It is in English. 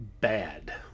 bad